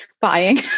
buying